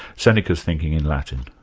seneca's thinking in latin.